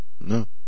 no